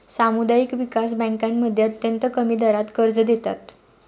सामुदायिक विकास बँकांमध्ये अत्यंत कमी दरात कर्ज देतात